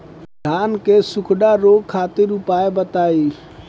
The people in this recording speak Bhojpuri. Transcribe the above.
धान के सुखड़ा रोग खातिर उपाय बताई?